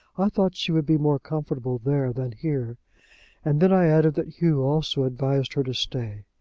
i thought she would be more comfortable there than here and then i added that hugh also advised her to stay.